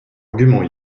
arguments